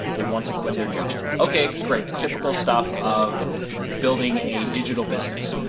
they want to quit their job. okay, great! typical stuff of building a digital business,